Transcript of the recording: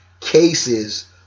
cases